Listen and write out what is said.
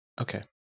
Okay